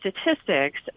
statistics